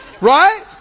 Right